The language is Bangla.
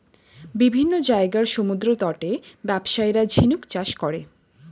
বিভিন্ন জায়গার সমুদ্রতটে ব্যবসায়ীরা ঝিনুক চাষ করে